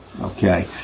Okay